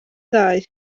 ddau